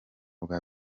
bwa